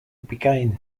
bikain